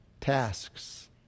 tasks